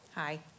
Hi